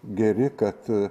geri kad